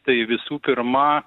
tai visų pirma